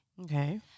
Okay